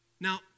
Now